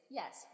yes